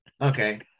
Okay